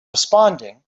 responding